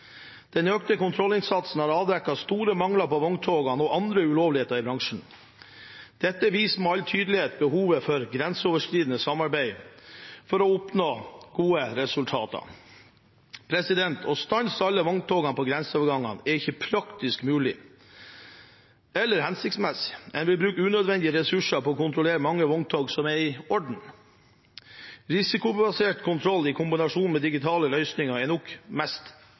Den økte kontrollinnsatsen har avdekket store mangler på vogntogene og andre ulovligheter i bransjen. Dette viser med all tydelighet behovet for grenseoverskridende samarbeid for å oppnå gode resultater. Å stanse alle vogntogene på grenseovergangene er ikke praktisk mulig – eller hensiktsmessig. En vil bruke unødvendige ressurser på å kontrollere mange vogntog som er i orden. Risikobasert kontroll i kombinasjon med digitale løsninger er nok det mest